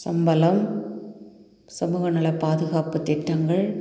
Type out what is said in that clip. சம்பளம் சமூகநலப் பாதுகாப்புத் திட்டங்கள்